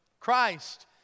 Christ